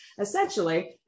essentially